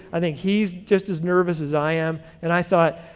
i think he's just as nervous as i am, and i thought,